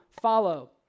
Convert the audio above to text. follow